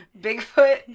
Bigfoot